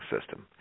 System